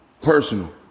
Personal